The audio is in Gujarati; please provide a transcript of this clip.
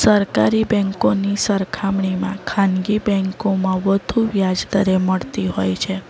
સરકારી બેંકોની સરખામણીમાં ખાનગી બેંકોમાં વધુ વ્યાજદરે મળતી હોય છે